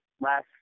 last –